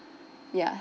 ya